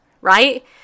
right